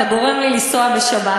אתה גורם לי לנסוע בשבת,